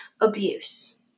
abuse